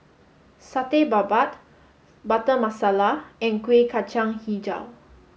Satay Babat Butter Masala and Kueh Kacang Hijau